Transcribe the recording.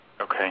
okay